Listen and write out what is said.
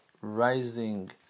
rising